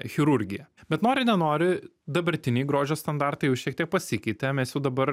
chirurgiją bet nori nenori dabartiniai grožio standartai jau šiek tiek pasikeitė mes jau dabar